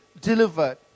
delivered